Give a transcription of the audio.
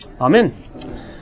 Amen